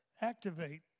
Activate